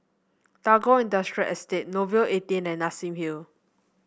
Tagore Industrial Estate Nouvel Eighteen and Nassim Hill